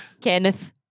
Kenneth